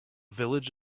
village